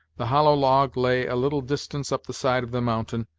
the hollow log lay a little distance up the side of the mountain,